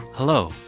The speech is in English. Hello